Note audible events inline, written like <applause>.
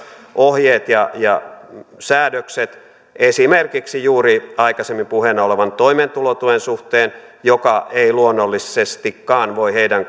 ohjeet ja ja säädökset esimerkiksi juuri aikaisemmin puheena olleen toimeentulotuen suhteen joka ei luonnollisestikaan voi heidän <unintelligible>